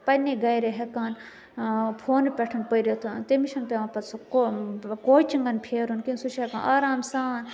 پَنٕنہِ گَرِ ہٮ۪کان فونہٕ پٮ۪ٹھ پٔرِتھ تٔمِس چھُنہٕ پٮ۪وان پَتہٕ سُہ کو کۄچِنٛگَن پھیرُن کیٚنٛہہ سُہ چھُ ہیٚکان آرام سان